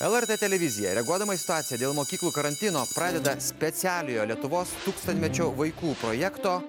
lrt televizija reaguodama į situaciją dėl mokyklų karantino pradeda specialiojo lietuvos tūkstantmečio vaikų projekto